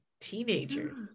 teenagers